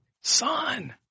Son